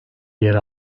yer